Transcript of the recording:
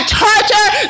torture